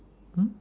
mm